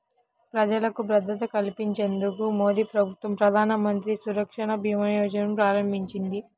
ప్రజలకు భద్రత కల్పించేందుకు మోదీప్రభుత్వం ప్రధానమంత్రి సురక్షభీమాయోజనను ప్రారంభించింది